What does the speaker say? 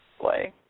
boy